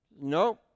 No